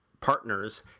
Partners